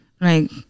right